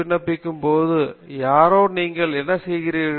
விண்ணப்பிக்கும் போது யாரோ நீங்கள் என்ன செய்கிறீர்கள்